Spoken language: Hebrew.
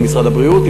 עם משרד הבריאות,